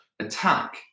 attack